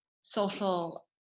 social